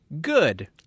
good